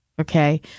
Okay